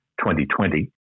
2020